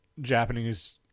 Japanese